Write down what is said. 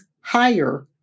higher